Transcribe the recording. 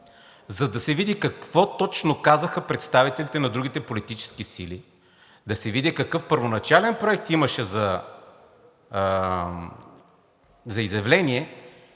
за да се види какво точно казаха представителите на другите политически сили, да се види какъв първоначален проект имаше за изявление